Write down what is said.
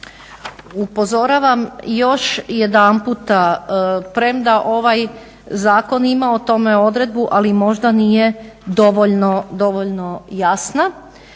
Upozoravam još jedanputa, premda ovaj zakon ima o tome odredbu ali možda nije dovoljno jasna,